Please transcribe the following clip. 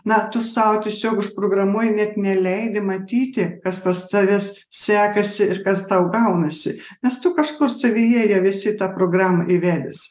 na tu sau tiesiog užprogramuoji net neleidi matyti kas pas tavęs sekasi ir kas tau gaunasi nes tu kažkur savyje jau esi tą programą įvedęs